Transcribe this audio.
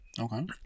okay